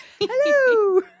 Hello